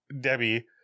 debbie